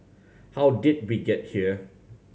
how did we get here